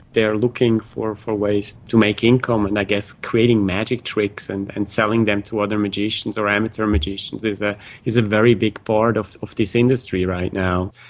they are looking for for ways to make income, and i guess creating magic tricks and and selling them to other magicians or amateur magicians is ah is a very big part of of this industry right now.